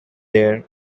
there